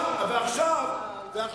אני,